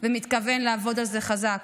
ומתכוון לעבוד על זה חזק.